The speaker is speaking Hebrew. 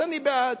אז אני בעד.